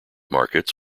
markets